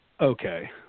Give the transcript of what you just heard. okay